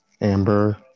Amber